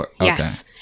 Yes